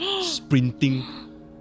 sprinting